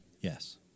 Yes